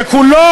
שכולו,